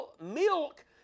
Milk